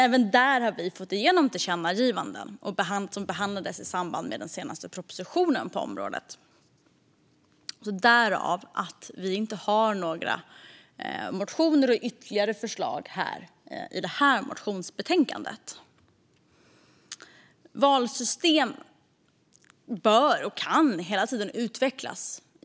Även där har vi fått igenom tillkännagivande som behandlades i samband med den senaste propositionen på området. Därav har vi inte några motioner eller ytterligare förslag i det här motionsbetänkandet. Valsystem bör och kan givetvis hela tiden utvecklas.